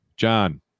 John